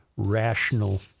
rational